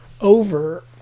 Over